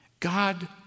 God